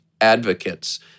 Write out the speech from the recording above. advocates